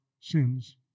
sins